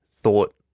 thought